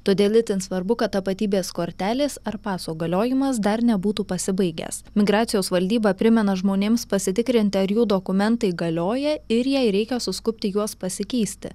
todėl itin svarbu kad tapatybės kortelės ar paso galiojimas dar nebūtų pasibaigęs migracijos valdyba primena žmonėms pasitikrinti ar jų dokumentai galioja ir jei reikia suskubti juos pasikeisti